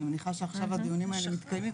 אני מניחה שעכשיו הדיונים האלה מתקיימים,